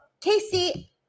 Casey